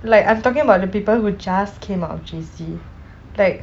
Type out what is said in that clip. like I'm talking about the people who just came out of J_C like